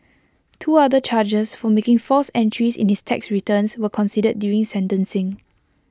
two other charges for making false entries in his tax returns were considered during sentencing